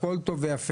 הכול טוב ויפה.